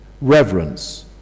reverence